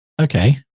Okay